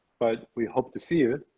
but we hope to see her